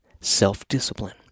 Self-discipline